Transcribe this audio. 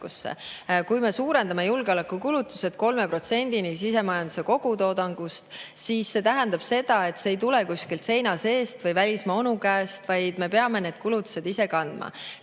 Kui me suurendame julgeolekukulutused 3%‑ni sisemajanduse kogutoodangust, siis see [raha] ei tule kuskilt seina seest või välismaa onu käest, vaid me peame need kulutused ise kandma. Teine